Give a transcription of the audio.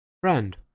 Friend